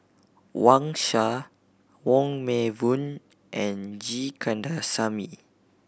Wang Sha Wong Meng Voon and G Kandasamy